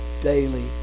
daily